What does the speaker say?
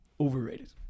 overrated